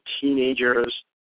teenagers